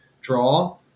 draw